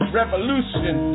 revolution